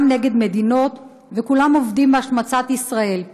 גם נגד מדינות, וכולם עובדים בהשמצת ישראל.